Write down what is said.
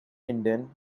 incheon